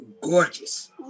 gorgeous